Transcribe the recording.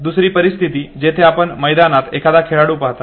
दुसरी परिस्थिती जिथे आपण मैदानात एखादा खेळाडू पाहता